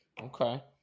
Okay